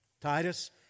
Titus